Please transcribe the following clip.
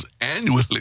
annually